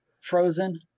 Frozen